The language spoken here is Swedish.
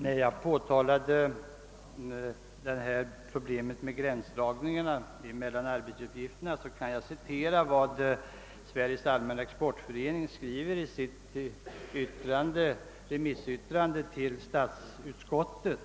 När jag påtalar denna fördelning med gränsdragning mellan arbetsuppgifterna kan jag citera vad Sveriges allmänna exportförening skriver 1 sitt remissyttrande till statsutskottet: